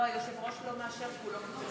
אני, היושב-ראש לא מאשר.